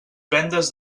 vendes